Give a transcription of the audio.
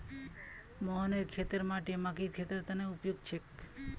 मोहनेर खेतेर माटी मकइर खेतीर तने उपयुक्त छेक